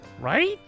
right